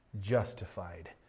justified